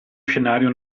scenario